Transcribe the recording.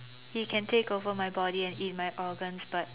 he can take over my body and eat my organs but